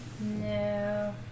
No